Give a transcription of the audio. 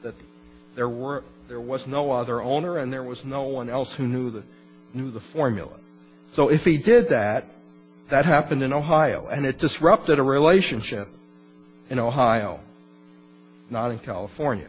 that there were there was no other owner and there was no one else who knew the knew the formula so if he did that that happened in ohio and it disrupted a relationship in ohio not in california